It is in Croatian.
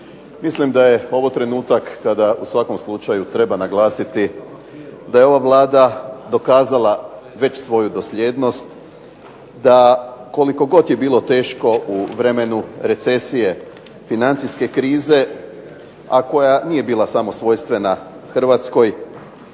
Mislim da je ovo trenutak kada u svakom slučaju treba naglasiti da je ova Vlada dokazala već svoju dosljednost, da koliko god je bilo teško u vremenu recesije, financijske krize, a koja nije bila samo svojstvena Hrvatskoj,